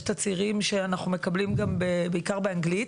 יש תצהירים שאנחנו מקבלים גם בעיקר באנגלית.